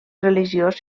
religiós